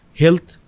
health